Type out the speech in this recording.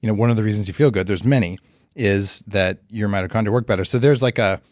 you know one of the reasons you feel good, there's many is that your mitochondria work better. so, there's like a,